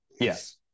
Yes